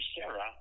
sarah